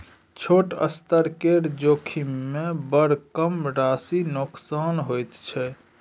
छोट स्तर केर जोखिममे बड़ कम राशिक नोकसान होइत छै